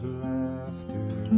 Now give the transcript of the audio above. laughter